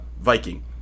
viking